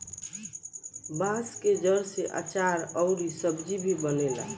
बांस के जड़ से आचार अउर सब्जी भी बनेला